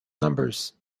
numbers